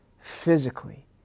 physically